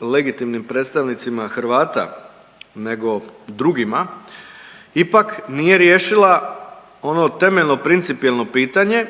legitimnim predstavnicima Hrvata nego drugima ipak nije riješila ono temeljno principijelno pitanje